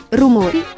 rumori